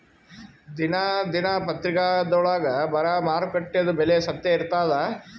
ದಿನಾ ದಿನಪತ್ರಿಕಾದೊಳಾಗ ಬರಾ ಮಾರುಕಟ್ಟೆದು ಬೆಲೆ ಸತ್ಯ ಇರ್ತಾದಾ?